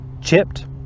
chipped